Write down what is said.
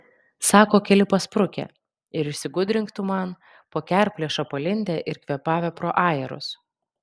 sako keli pasprukę ir išsigudrink tu man po kerplėša palindę ir kvėpavę pro ajerus